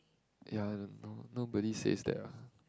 ya nobody says that ah